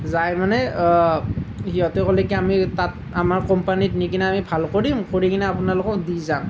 যাই মানে সিহঁতে ক'লে কি আমি তাত আমাৰ কোম্পানীত নি কিনি আমি ভাল কৰিম কৰি কিনে আপোনালোকক দি যাম